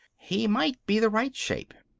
he might be the right shape.